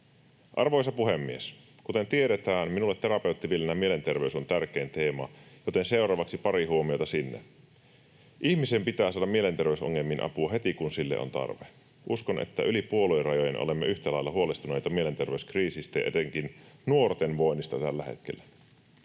Arvoisa puhemies! Kuten tiedetään, minulle Terapeutti-Villenä mielenterveys on tärkein teema, joten seuraavaksi pari huomiota sinne. Ihmisen pitää saada mielenterveysongelmiin apua heti, kun sille on tarve. Uskon, että yli puoluerajojen olemme yhtä lailla huolestuneita mielenterveyskriisistä ja etenkin nuorten voinnista tällä hetkellä.